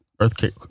earthquake